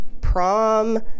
prom